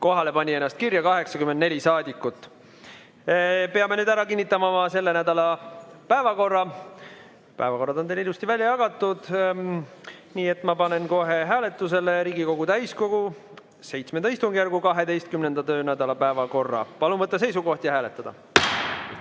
Kohalolijaks pani ennast kirja 84 saadikut. Peame nüüd ära kinnitama oma selle nädala päevakorra. Päevakorrad on teile ilusti välja jagatud, nii et ma panen kohe hääletusele Riigikogu täiskogu VII istungjärgu 12. töönädala päevakorra. Palun võtta seisukoht ja hääletada!